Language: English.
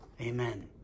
Amen